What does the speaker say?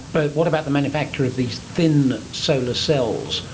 but what about the manufacture of these thin solar cells?